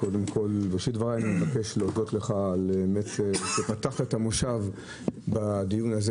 בראשית דבריי אני מבקש להודות לך שפתחת את המושב בדיון הזה